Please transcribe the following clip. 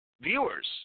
viewers